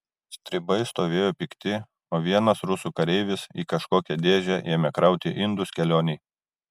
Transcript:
stribai stovėjo pikti o vienas rusų kareivis į kažkokią dėžę ėmė krauti indus kelionei